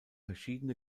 verschiedene